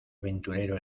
aventurero